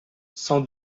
sans